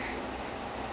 oh okay